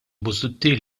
busuttil